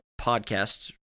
podcast